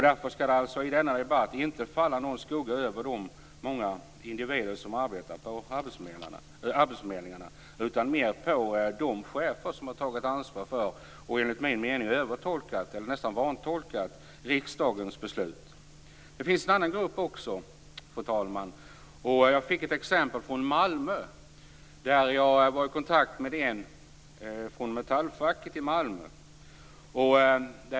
Därför skall det i denna debatt inte falla någon skugga över de många individer som arbetar på arbetsförmedlingarna utan mer på de chefer som har tagit ansvar för, och enligt min mening övertolkat eller nästan vantolkat, riksdagens beslut. Det finns också en annan grupp, fru talman. Jag fick ett exempel från Malmö. Jag var i kontakt med en från metallfacket i Malmö.